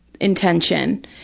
intention